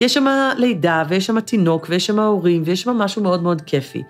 יש שמה לידה, ויש שמה תינוק, ויש שמה הורים, ויש שם משהו מאוד מאוד כיפי.